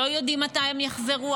לא יודעים מתי הם יחזרו,